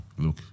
Look